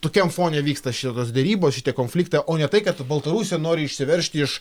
tokiam fone vyksta šitos derybos šitie konfliktai o ne tai kad baltarusija nori išsiveržti iš